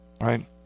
Right